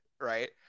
right